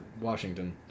Washington